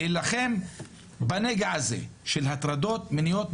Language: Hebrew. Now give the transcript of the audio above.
להילחם בנגע הזה של הטרדות מיניות,